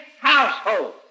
household